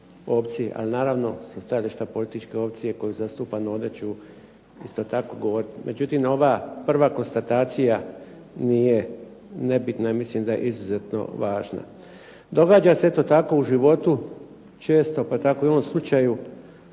ali naravno sa stajališta političke opcije koju zastupam ovdje ću isto tako govoriti. Međutim, ova prva konstatacija nije nebitna, mislim da je izuzetno važna. Događa se eto tako u životu često pa tako i u ovom slučaju